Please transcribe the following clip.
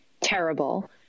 terrible